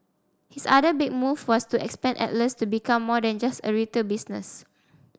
his other big move was to expand Atlas to become more than just a retail business